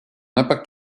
impact